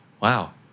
Wow